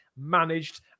managed